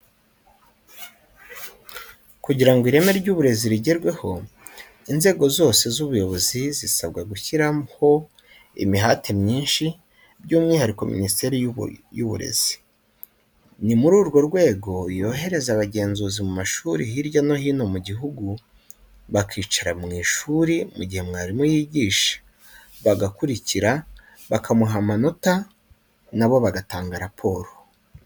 Kugira ngo ireme ry' uburezi rigerweho, inzego zose z'ubuyobozi zisabwa gushyiraho imihati myinshi, by'umwihariko Minisiteri y'Uburezi. Ni muri urwo rwego yohereza abagenzuzi mu mashuri hirya no hino mu gihugu, bakicara mu ishuri mu gihe mwarimu yigisha, bagakurikira, bakamuha amanota, na bo bagatanga raporo.